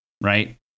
Right